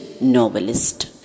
novelist